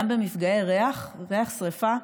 גם במפגעי ריח, ריח שרפה.